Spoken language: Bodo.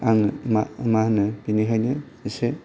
आं मा होनो बिनिखायनो इसे